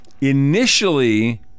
Initially